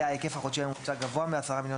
היה ההיקף החודשי הממוצע גבוה מ-10 מיליון